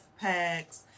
packs